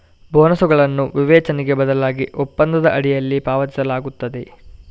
ಬೋನಸುಗಳನ್ನು ವಿವೇಚನೆಗೆ ಬದಲಾಗಿ ಒಪ್ಪಂದದ ಅಡಿಯಲ್ಲಿ ಪಾವತಿಸಲಾಗುತ್ತದೆ